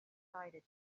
decided